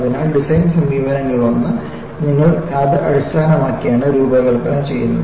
അതിനാൽ ഡിസൈൻ സമീപനങ്ങളിലൊന്ന് നിങ്ങൾ അത് അടിസ്ഥാനമാക്കിയാണ് രൂപകൽപ്പന ചെയ്യുന്നത്